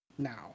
now